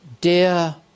Dear